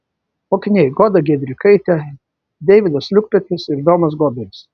mokiniai goda giedrikaitė deividas liukpetris ir domas goberis